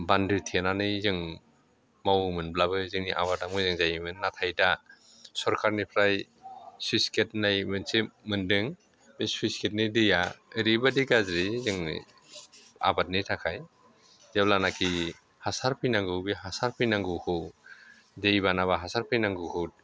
बान्दो थेनानै जों मावोमोनब्लाबो जोंनि आबादा मोजां जायोमोन नाथाय दा सरखारनिफ्राय सुइस गेट होननाय मोनसे मोनदों बे सुइस गेटनि दैया ओरैबादि गाज्रि जोंनि आबादनि थाखाय जेब्लानाखि हासार फैनांगौ बे हासार फैनांगौखौ दैबानाबा हासार फैनांगौखौ